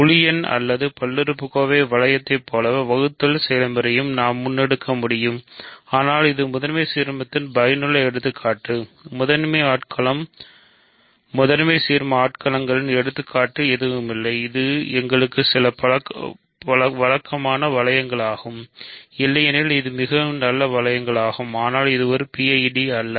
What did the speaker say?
முழு எண் அல்லது பல்லுறுப்புக்கோவை வளையத்தைப் போலவே வகுத்தல் செயல்முறையையும் நாம் முன்னெடுக்க முடியும் ஆனால் இது முதன்மை சீர்மகளத்தின் பயனுள்ள எடுத்துக்காட்டு முதன்மை ஆட்களம் முதன்மை சீர்மஆட்கலங்களின் எடுத்துக்காட்டு எதுவுமில்லை இது எங்களுக்கு சில பழக்கமான வளையமாகும் இல்லையெனில் இது மிகவும் நல்ல வளையமாகும் ஆனால் இது ஒரு PID அல்ல